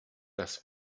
das